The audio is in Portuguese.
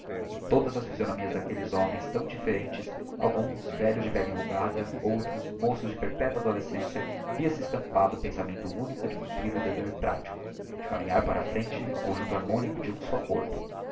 em todas as physionomias d'aquelles homens tão differentes alguns velhos de pelle enrugada outros moços de perpetua adolescência via-se estampado o pensamento único de cumprir o dever pratico de caminhar para a frente no conjuncto harmónico de um só corpo